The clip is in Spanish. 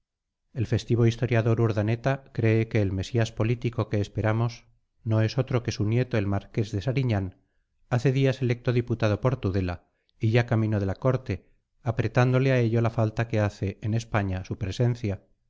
el festivo historiador urdaneta cree que el mesías político que esperamos no es otro que su nieto el marqués de sariñán hace días electo diputado por tudela y ya camino de la corte apretándole a ello la falta que hace en españa su presencia